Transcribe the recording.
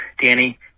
Danny